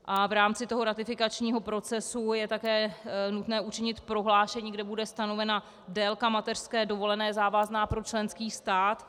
V rámci ratifikačního procesu je také nutné učinit prohlášení, kde bude stanovena délka mateřské dovolené závazná pro členský stát.